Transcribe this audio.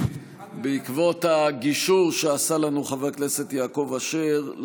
בעקבות הקישור שעשה לנו חבר הכנסת יעקב אשר,